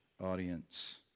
audience